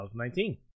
2019